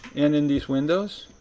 and in these windows.